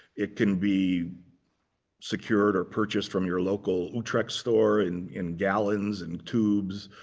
it can be secured or purchased from your local utrecht store in in gallons and tubes.